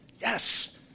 yes